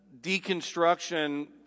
deconstruction